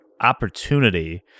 opportunity